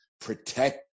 protect